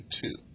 two